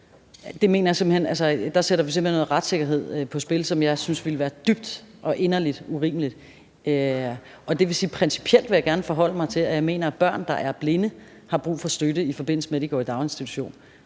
hen at vi sætter noget retssikkerhed på spil, hvilket jeg synes ville være dybt og inderlig urimeligt. Det vil sige, at jeg principielt gerne vil forholde mig til, at jeg mener, at børn, der er blinde, har brug for støtte, i forbindelse med at de går i daginstitution.